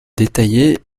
détaillée